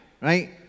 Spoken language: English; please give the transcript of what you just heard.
right